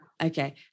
Okay